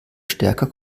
stärker